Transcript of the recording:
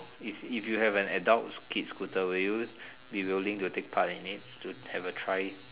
if if you have an adult skate scooter will you be willing to take part in it to have a try